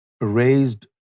raised